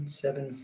seven